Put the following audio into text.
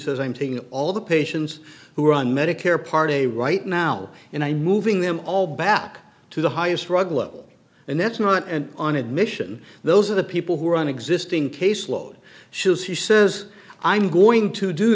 says i'm taking all the patients who are on medicare part a right now and i'm moving them all back to the highest rug level and that's not and on admission those are the people who are on existing caseload shoes he says i'm going to do